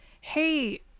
hey